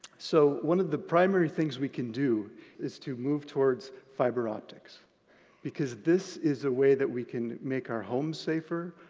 so one of the primary things we can do is to move towards fiber optics because this is a way that we can make our homes safer,